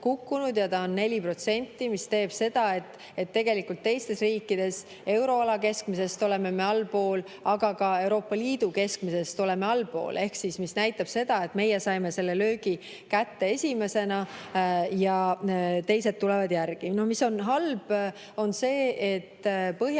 kukkunud, see on 4%. See tähendab seda, et tegelikult teistest riikidest, euroala keskmisest oleme me allpool, aga ka Euroopa Liidu keskmisest oleme allpool. See näitab seda, et meie saime selle löögi kätte esimesena ja teised tulevad järgi. Halb on see, et Põhjamaade